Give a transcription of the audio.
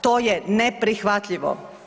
To je neprihvatljivo.